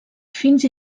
fins